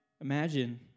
Imagine